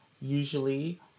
usually